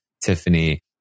Tiffany